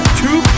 two